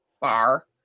Bar